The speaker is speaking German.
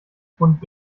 pfund